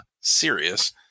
serious